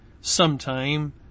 sometime